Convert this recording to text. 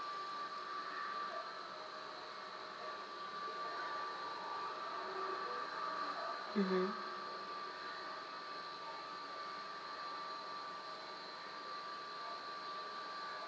mmhmm